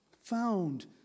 found